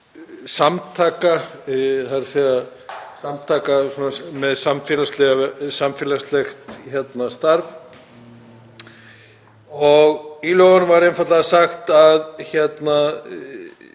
samtaka með samfélagslegt starf. Í lögunum var einfaldlega sagt að